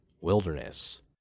wilderness